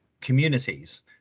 communities